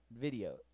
video